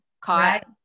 caught